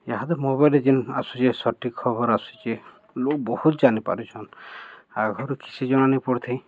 ଏହା ତ ମୋବାଇଲ୍ ରେ ଯେନ୍ ଆସୁଛେ ସଠିକ୍ ଖବର ଆସୁଚେ ଲୋଗ୍ ବହୁତ ଜାଣିପାରୁଛନ୍ ଆଗରୁ କିଛି ଜଣା ନପଡ଼ୁଥାଏ